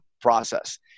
process